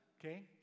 Okay